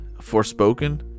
Forspoken